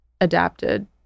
adapted